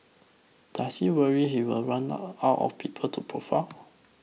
does he worry he will run out of people to profile